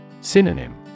Synonym